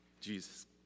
Jesus